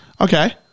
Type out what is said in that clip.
Okay